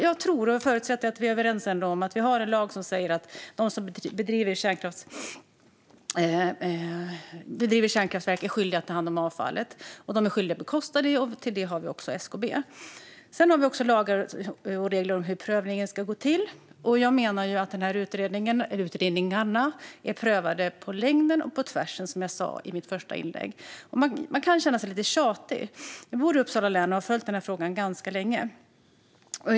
Jag tror och förutsätter att vi ändå är överens om att vi har en lag som säger att de som driver kärnkraftverk är skyldiga att ta hand om avfallet - de är skyldiga att bekosta det - och till det har vi också SKB. Sedan har vi också lagar och regler om hur prövningen ska gå till. Jag menar att dessa utredningar är prövade på längden och på tvären, som jag sa i mitt första inlägg. Man kan känna sig lite tjatig. Jag bor i Uppsala län och har följt denna fråga ganska länge.